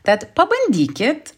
tad pabandykit